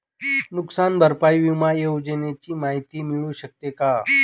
नुकसान भरपाई विमा योजनेची माहिती मिळू शकते का?